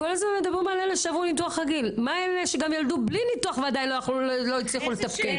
מה עם אלה שילדו בלי ניתוח ועדיין לא הצליחו לתפקד.